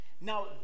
Now